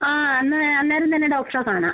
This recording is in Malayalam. ആ അന്ന് അന്നേരം തന്നെ ഡോക്ടറെ കാണാം